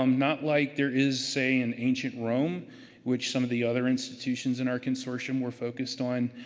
um not like there is, say, in ancient rome which some of the other institutions in our consortium were focused on.